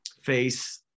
face